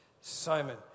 Simon